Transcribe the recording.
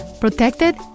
Protected